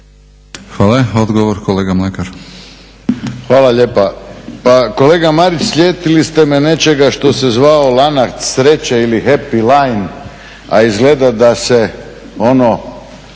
**Mlakar, Davorin (HDZ)** Hvala lijepa. Pa kolega Marić sjetili ste me nečega što se zvao lanac sreće ili happy line a izgleda da se ono